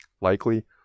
likely